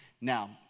Now